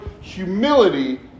humility